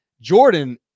Jordan